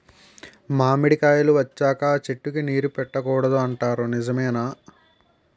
మామిడికాయలు వచ్చాక అ చెట్టుకి నీరు పెట్టకూడదు అంటారు నిజమేనా?